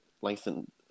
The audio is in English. lengthened